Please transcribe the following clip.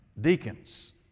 Deacons